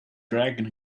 dragon